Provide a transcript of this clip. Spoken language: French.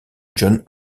johns